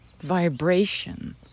vibration